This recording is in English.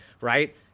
right